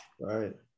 Right